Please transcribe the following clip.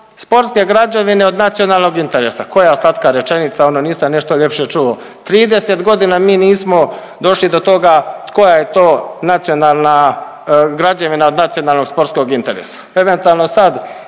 sportske građevine od nacionalnog interesa, koja slatka rečenica, ono niste nešto ljepše čuo. 30 godina mi nismo došli do toga tkoja je to nacionalna građevina od nacionalnog sportskog interesa. Eventualno sad